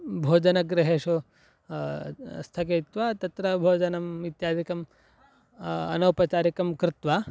भोजनगृहेषु स्थगयित्वा तत्र भोजनम् इत्यादिकम् अनौपचारिकं कृत्वा